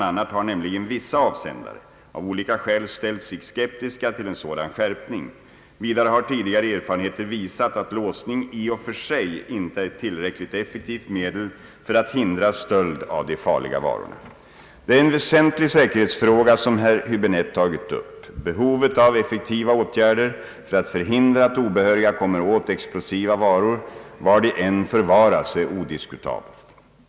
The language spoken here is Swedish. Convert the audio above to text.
a. har nämligen vissa avsändare av olika skäl ställt sig skeptiska till en sådan skärpning. Vidare har tidigare erfarenheter visat att låsning i och för sig inte är ett tillräckligt effektivt medel för att hindra stöld av de farliga varorna. Det är en väsentlig säkerhetsfråga som herr Häbinette tagit upp. Behovet av effektiva åtgärder för att förhindra att obehöriga kommer åt explosiva varor, var de än förvaras, är odiskutabelt.